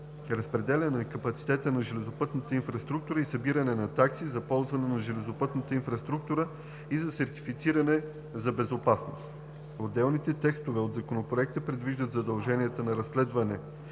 разпределяне на капацитета на железопътната инфраструктура и събиране на такси за ползване на железопътната инфраструктура и за сертифициране за безопасност. Отделни текстове от Законопроекта предвиждат задълженията за разследване